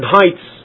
heights